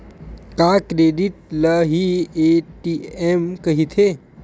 का क्रेडिट ल हि ए.टी.एम कहिथे?